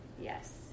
Yes